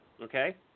okay